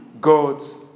God's